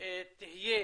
תהיה